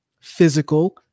physical